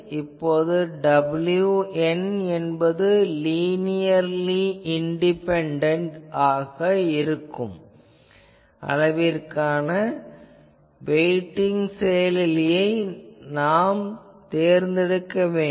இப்போது wn என்பது linearly independent இருக்கும் அளவிற்கான வெய்ட்டிங் செயலியைத் தேர்ந்தெடுக்க வேண்டும்